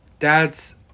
dad's